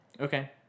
okay